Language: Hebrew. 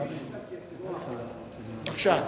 בבקשה.